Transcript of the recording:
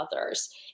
others